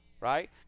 Right